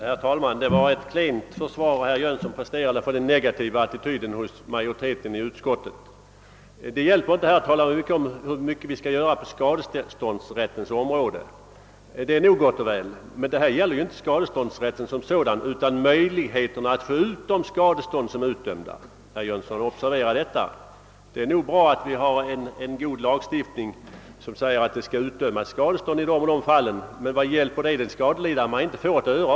Herr talman! Det var ett klent försvar herr Jönsson i Malmö presterade för den negativa attityden hos majoriteten i utskottet. Det hjälper inte att tala om hur mycket man vill göra på skadeståndsrättens område — detta är nog gott och väl, men det gäller nu inte skadeståndsrätten som sådan utan möjligheterna att få ut de skadestånd som är utdömda; observera detta, herr Jönsson! Det är visserligen bra med en god lagstiftning om att skadestånd skall utdömas, men vad hjälper en sådan lagstiftning den skadelidande, om han inte får ut ett öre?